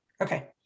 okay